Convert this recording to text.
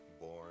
born